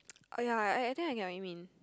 oh ya I I think I get what you mean